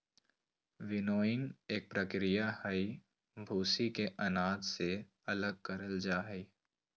winnowing एक प्रक्रिया हई, भूसी के अनाज से अलग करल जा हई